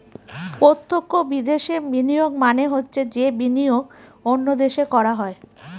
প্রত্যক্ষ বিদেশে বিনিয়োগ মানে হচ্ছে যে বিনিয়োগ অন্য দেশে করা হয়